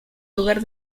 lugar